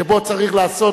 שבו צריך לעשות